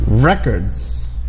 records